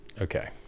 okay